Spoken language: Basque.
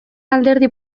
alderdi